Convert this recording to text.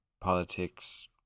politics